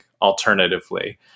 alternatively